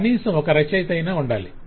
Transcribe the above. కనీసం ఒక రచయిత అయిన ఉండాలి